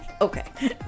Okay